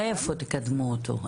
איפה תקדמו אותו?